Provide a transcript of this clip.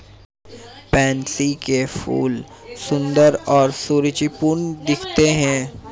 pansy के फूल सुंदर और सुरुचिपूर्ण दिखते हैं